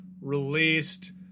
released